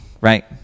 right